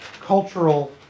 cultural